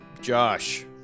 Josh